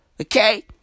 Okay